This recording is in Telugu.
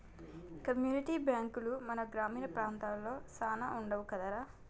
కమ్యూనిటీ బాంకులు మన గ్రామీణ ప్రాంతాలలో సాన వుండవు కదరా